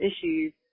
issues